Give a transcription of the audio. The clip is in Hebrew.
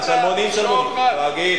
מה קורה?